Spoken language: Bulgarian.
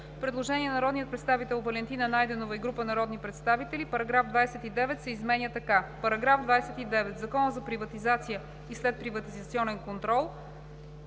предложение на народния представител Валентина Найденова и група народни представители: „§ 29 се изменя така: § 29. В Закона за приватизация и следприватизационен контрол